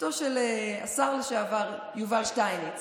אשתו של השר לשעבר יובל שטייניץ,